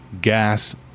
gas